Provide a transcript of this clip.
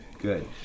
good